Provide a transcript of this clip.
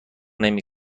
نمی